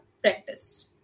practice